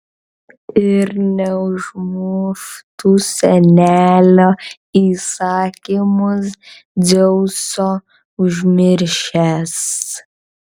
ir neužmuštų senelio įsakymus dzeuso užmiršęs